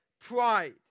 pride